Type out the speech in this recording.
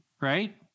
right